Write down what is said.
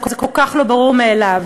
זה כל כך לא ברור מאליו.